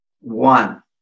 One